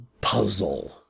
puzzle